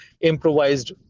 improvised